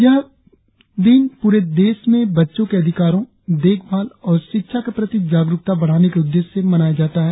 यह दिन प्ररे देश में बच्चों के अधिकारों देखभाल और शिक्षा के प्रति जागरुकता बढ़ाने के उद्देश्य से मनाया जाता है